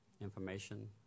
information